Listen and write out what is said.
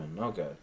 okay